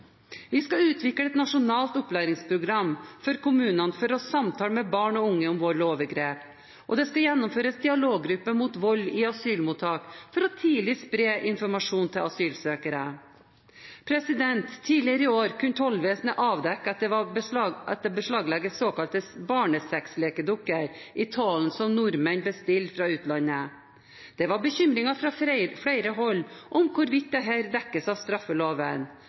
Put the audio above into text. Vi skal utvikle et nasjonalt opplæringsprogram for kommunene for å samtale med barn og unge om vold og overgrep. Det skal gjennomføres dialoggrupper mot vold i asylmottak for tidlig å spre informasjon til asylsøkere. Tidligere i år kunne tollvesenet avdekke at det beslaglegges såkalte barnesexdukker i tollen som nordmenn bestiller fra utlandet. Det var bekymringer fra flere hold om hvorvidt dette dekkes av straffeloven,